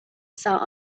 sat